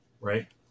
Right